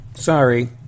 Sorry